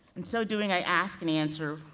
and so doing, i ask and answer,